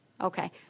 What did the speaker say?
Okay